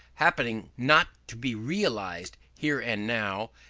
happening not to be realised here and now,